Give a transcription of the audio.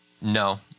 no